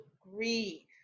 grieve